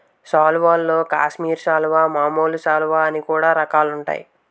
సాల్వల్లో కాశ్మీరి సాలువా, మామూలు సాలువ అని కూడా రకాలుంటాయి